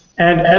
and